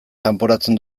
kanporatzen